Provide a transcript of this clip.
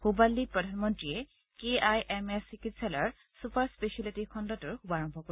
হুববাল্নিত প্ৰধানমন্ত্ৰীয়ে K I M S চিকিৎসালয়ৰ super specialty খণ্ডটোৰ শুভাৰম্ভ কৰিব